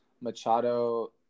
Machado